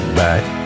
back